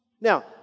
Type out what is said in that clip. Now